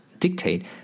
Dictate